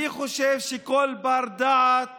אני חושב שכל בר-דעת